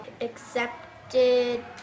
Accepted